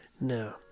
no